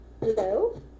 Hello